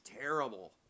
terrible